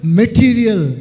material